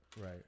right